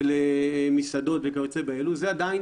אני מתכבד לפתוח את ישיבת ועדת הכנסת בנושא בקשת הממשלה להקדמת הדיון